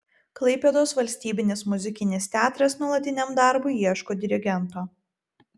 klaipėdos valstybinis muzikinis teatras nuolatiniam darbui ieško dirigento